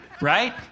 Right